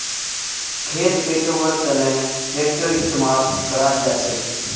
खेत पैटव्वार तनों ट्रेक्टरेर इस्तेमाल कराल जाछेक